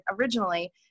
originally